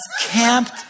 camped